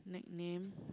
nickname